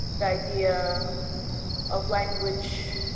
the idea of language,